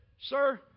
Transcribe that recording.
Sir